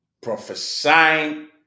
prophesying